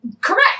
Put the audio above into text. Correct